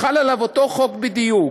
חל עליו אותו חוק בדיוק.